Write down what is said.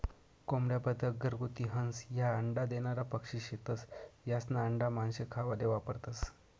कोंबड्या, बदक, घरगुती हंस, ह्या अंडा देनारा पक्शी शेतस, यास्ना आंडा मानशे खावाले वापरतंस